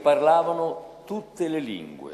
אשר דיברו בכל השפות